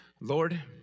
Lord